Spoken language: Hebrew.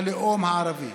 עד עשר